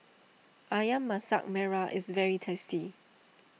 Ayam Masak Merah is very tasty